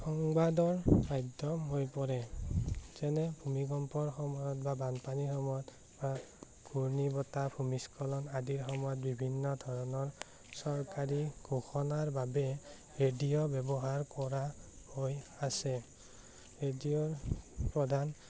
সংবাদৰ মাধ্যম হৈ পৰে যেনে ভূমিকম্পৰ সময়ত বা বানপানীৰ সময়ত বা ঘূৰ্ণি বতাহ ভূমিস্খলন আদিৰ সময়ত বিভিন্ন ধৰণৰ চৰকাৰী ঘোষণাৰ বাবে ৰেডিঅ' ব্যৱহাৰ কৰা হৈ আছে ৰেডিঅ'ৰ প্ৰধান